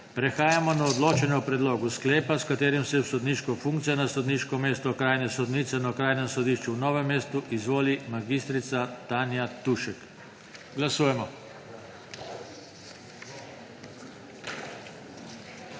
Prehajamo na odločanje o predlogu sklepa, s katerim se v sodniško funkcijo na sodniško mesto okrajne sodnice na Okrajnem sodišču v Novem mestu izvoli mag. Tanja Tušek. Glasujemo.